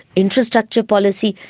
infrastructure policy.